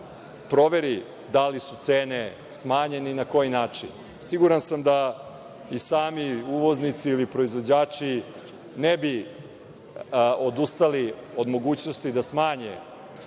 proveri da li su cene smanjene i na koji način. Siguran sam da i sami uvoznici i proizvođači ne bi odustali od mogućnosti da smanje